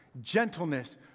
gentleness